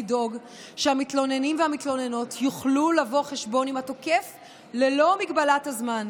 לדאוג שהמתלוננים והמתלוננות יוכלו לבוא חשבון עם התוקף ללא הגבלת הזמן,